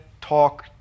talk